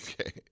Okay